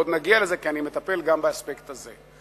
עוד נגיע לזה, כי אני מטפל גם באספקט הזה.